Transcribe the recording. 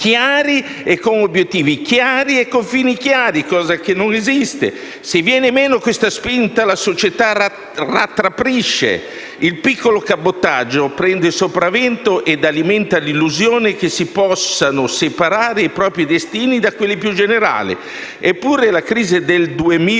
programmi, obiettivi e confini chiari, cosa che non esiste. Se viene meno questa spinta, la società si rattrappisce. Il piccolo cabotaggio prende il sopravvento e alimenta l'illusione che si possano separare i propri destini da quelli più generali. Eppure, qualcosa avrebbe